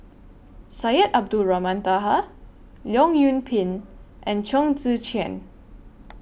Syed Abdulrahman Taha Leong Yoon Pin and Chong Tze Chien